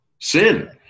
Sin